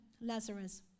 Lazarus